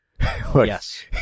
Yes